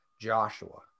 joshua